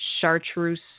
Chartreuse